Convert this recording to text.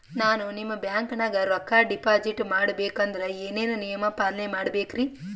ನಾನು ನಿಮ್ಮ ಬ್ಯಾಂಕನಾಗ ರೊಕ್ಕಾ ಡಿಪಾಜಿಟ್ ಮಾಡ ಬೇಕಂದ್ರ ಏನೇನು ನಿಯಮ ಪಾಲನೇ ಮಾಡ್ಬೇಕ್ರಿ?